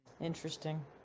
Interesting